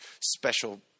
special